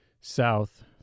south